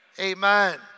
Amen